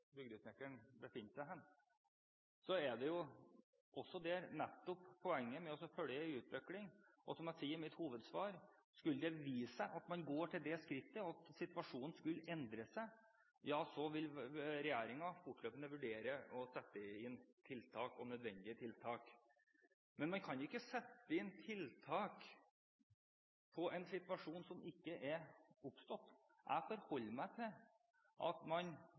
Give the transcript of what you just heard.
bygdesnekkeren befinner seg hen – er det nettopp det som er poenget med å følge utviklingen. Som jeg sier i mitt hovedsvar: Skulle det vise seg at man går til det skrittet, at situasjonen skulle endre seg, ja, så vil regjeringen fortløpende vurdere å sette inn tiltak – nødvendige tiltak. Men man kan ikke sette inn tiltak i en situasjon som ikke er oppstått. Jeg forholder meg til